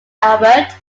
albert